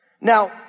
Now